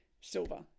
Silver